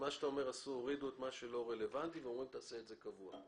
אומר שהורידו את מה שלא רלוונטי והופכים את זה לקבוע.